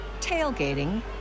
tailgating